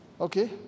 Okay